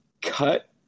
cut